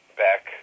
back